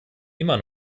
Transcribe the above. immer